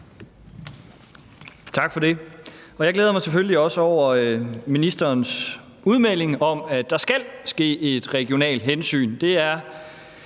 Tak for det. Jeg glæder mig selvfølgelig også over ministerens udmelding om, at der skal være et regionalt hensyn. Man kunne